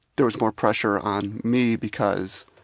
there was more pressure on me because